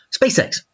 SpaceX